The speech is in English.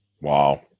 Wow